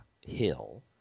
hill